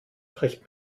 bricht